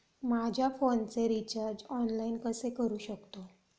माझ्या फोनचे recharge online कसे करू शकतो?